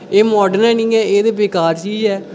एह् माडर्न हैन्नी ऐ एह् ते बेकार चीज ऐ